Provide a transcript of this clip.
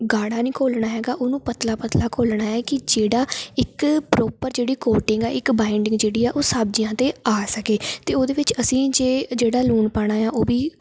ਗਾੜਾ ਨਹੀਂ ਘੋਲਣਾ ਹੈਗਾ ਉਹਨੂੰ ਪਤਲਾ ਪਤਲਾ ਘੋਲਣਾ ਹੈ ਕਿ ਜਿਹੜਾ ਇੱਕ ਪ੍ਰੋਪਰ ਜਿਹੜੀ ਕੋਟਿੰਗ ਆ ਇੱਕ ਬਾਇੰਡਿੰਗ ਜਿਹੜੀ ਆ ਉਹ ਸਬਜ਼ੀਆਂ 'ਤੇ ਆ ਸਕੇ ਅਤੇ ਉਹਦੇ ਵਿੱਚ ਅਸੀਂ ਜੇ ਜਿਹੜਾ ਲੂਣ ਪਾਉਣਾ ਹੈ ਉਹ ਵੀ